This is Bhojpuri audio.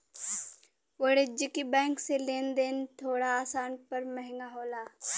वाणिज्यिक बैंक से लेन देन थोड़ा आसान पर महंगा होला